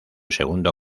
segundo